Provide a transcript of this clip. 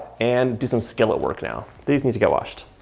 and do some skillet work now. these need to get washed.